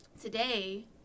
today